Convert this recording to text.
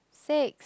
six